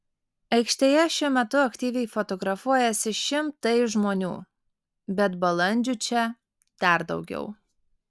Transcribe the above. aikštėje šiuo metu aktyviai fotografuojasi šimtai žmonių bet balandžių čia dar daugiau